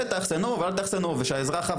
שנאחסן או שלא נאחסן,